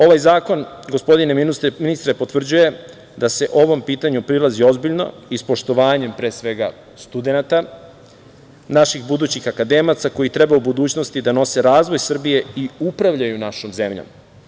Ovaj zakon, gospodine ministre, potvrđuje da se ovom pitanju prilazi ozbiljno i s poštovanjem, pre svega studenata, naših budućih akademaca, koji treba u budućnosti da nose razvoj Srbije i upravljaju našoj zemljom.